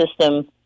system